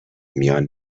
میان